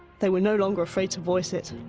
they were no longer afraid to voice it.